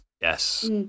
Yes